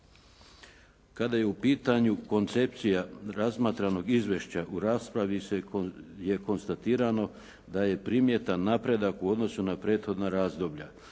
Kada je u pitanju koncepcija razmatranog izvješća u raspravi je konstatirano da je primjetan napredak u odnosu na prethodna razdoblja.